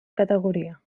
categoria